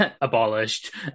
abolished